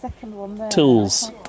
tools